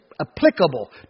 applicable